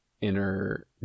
inner